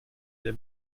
der